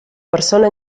persona